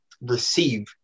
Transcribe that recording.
receive